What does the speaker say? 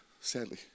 sadly